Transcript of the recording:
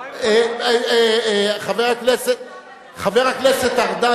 חבר הכנסת ארדן,